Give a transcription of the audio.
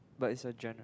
but it's a gen~